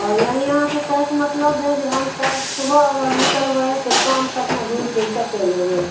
हँ यानि अहाँके कहैके मतलब हइ जे हम काल्हि सुबह अगर निकलबै तऽ शाम तकमे घुमिफिरिके चलि अएबै